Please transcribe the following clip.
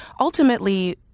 ultimately